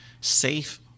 safe